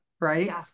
right